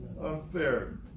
unfair